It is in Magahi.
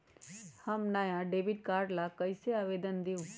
हम नया डेबिट कार्ड ला कईसे आवेदन दिउ?